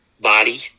body